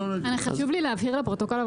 אבל חשוב לי להבהיר לפרוטוקול,